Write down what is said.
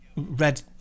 red